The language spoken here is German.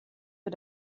für